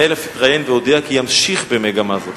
המנהל אף התראיין והודיע כי ימשיך במגמה זו.